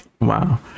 Wow